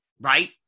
right